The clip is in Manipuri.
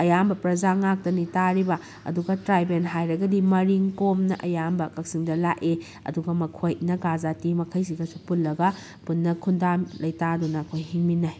ꯑꯌꯥꯝꯕ ꯄꯔꯖꯥ ꯉꯥꯛꯇꯅꯤ ꯇꯥꯔꯤꯕ ꯑꯗꯨꯒ ꯇ꯭ꯔꯥꯏꯕꯦꯜ ꯍꯥꯏꯔꯒꯗꯤ ꯃꯔꯤꯡ ꯀꯣꯝꯅ ꯑꯌꯥꯝꯕ ꯀꯛꯆꯤꯡꯗ ꯂꯥꯛꯏ ꯑꯗꯨꯒ ꯃꯈꯣꯏ ꯅꯒꯥ ꯖꯥꯇꯤ ꯃꯈꯩꯁꯤꯒꯁꯨ ꯄꯨꯜꯂꯒ ꯄꯨꯟꯅ ꯈꯨꯟꯗꯥ ꯂꯩꯇꯥꯗꯨꯅ ꯑꯩꯈꯣꯏ ꯍꯤꯡꯃꯤꯟꯅꯩ